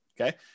okay